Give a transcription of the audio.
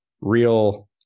real